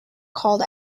called